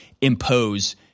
impose –